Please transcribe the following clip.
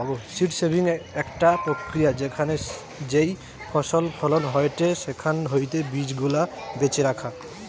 seed saving একটা প্রক্রিয়া যেখানে যেই ফসল ফলন হয়েটে সেখান হইতে বীজ গুলা বেছে রাখা